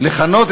תודה רבה,